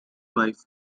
wife